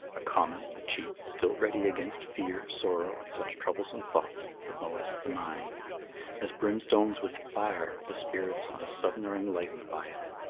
a common, a cheap, still ready against fear, sorrow, and such troublesome thoughts, that molest the mind as brimstone with fire, the spirits on a sudden are enlightened by it.